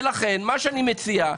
ולכן מה שאני מציע,